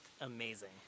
amazing